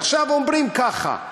עכשיו אומרים ככה: